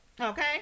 Okay